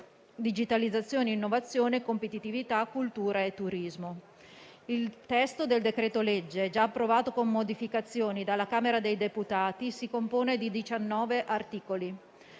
"Digitalizzazione, innovazione competitività, cultura e turismo". Il testo del decreto-legge, già approvato con modificazioni dalla Camera dei deputati, si compone di 19 articoli.